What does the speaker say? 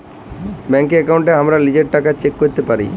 ব্যাংকের একাউন্টে হামরা লিজের টাকা চেক ক্যরতে পারি